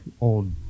old